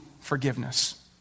forgiveness